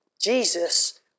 Jesus